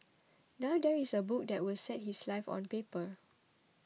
now there is a book that will set his life on paper